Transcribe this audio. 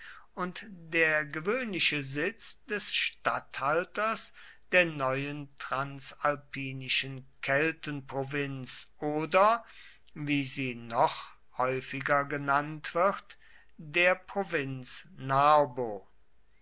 und der gewöhnliche sitz des statthalters der neuen transalpinischen keltenprovinz oder wie sie noch häufiger genannt wird der provinz narbo